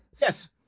Yes